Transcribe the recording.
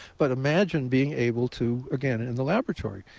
but imagine being able to again in and the laboratory.